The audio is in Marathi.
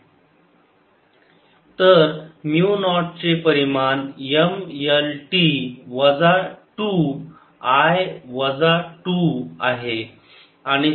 0 MLT 2I 2 σ I2ML3T 3 M L2I1 b a L a L तर म्यु नॉट चे परिमाण M L T वजा 2 I वजा 2 आहे